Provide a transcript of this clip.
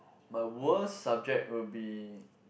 my worst subject will be